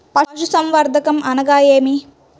పశుసంవర్ధకం అనగా ఏమి?